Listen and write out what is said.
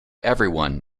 everyone